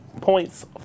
points